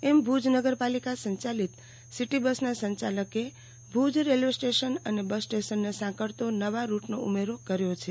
એમ ભુજ નગર પાલિકા સંયાલિત સીટી બસના સંયાલકે ભુજ રેલ્વે સ્ટેશન અને બસ સ્ટેશનને સાંકળતો નવા રૂટનો ઉમેરો કર્યો છે